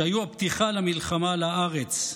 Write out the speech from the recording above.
שהיו הפתיחה למלחמה על הארץ,